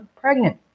pregnant